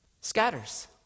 scatters